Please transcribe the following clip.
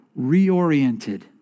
reoriented